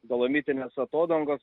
dolomitinės atodangos